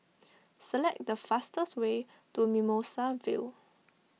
select the fastest way to Mimosa Vale